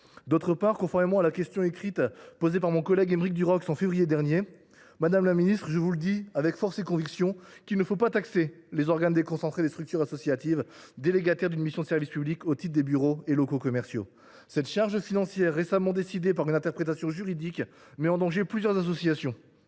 pour faire suite à la question écrite posée par mon collègue Aymeric Durox en février dernier, madame la ministre, je vous le dis avec force et conviction : il ne faut pas taxer les organes déconcentrés des structures associatives délégataires d’une mission de service public au titre des bureaux et locaux commerciaux. Cette charge financière, qui découle d’une interprétation juridique récente, met en danger plusieurs associations.